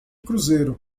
cruzeiro